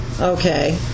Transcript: okay